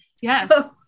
Yes